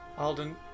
Alden